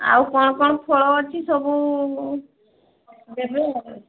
ଆଉ କ'ଣ କ'ଣ ଫଳ ଅଛି ସବୁ ଦେବେ ଆଉ